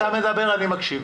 אתה יודע, כשאתה מדבר אני מקשיב